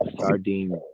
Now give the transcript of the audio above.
Sardine